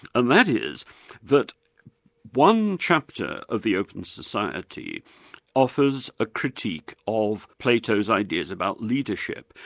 and that is that one chapter of the open society offers a critique of plato's ideas about leadership,